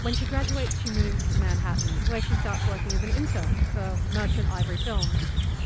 when she graduates, she moves to manhattan, where she starts working as an intern for merchant ivory films